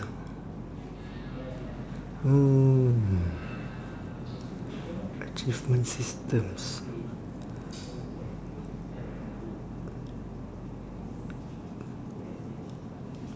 hmm achievement systems